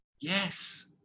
Yes